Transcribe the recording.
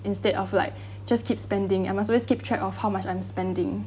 instead of like just keep spending I must always keep track of how much I'm spending